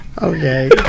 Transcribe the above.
Okay